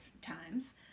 times